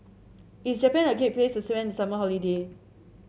is Japan a great place to spend the summer holiday